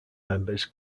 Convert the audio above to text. members